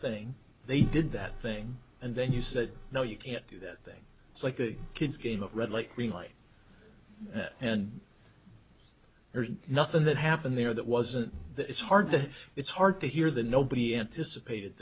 thing they did that thing and then you said no you can't do this thing it's like the kid's game of red like green light and there's nothing that happened there that wasn't that it's hard to it's hard to hear the nobody anticipated